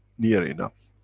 near enough.